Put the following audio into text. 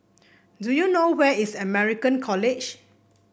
do you know where is American College